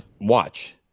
watch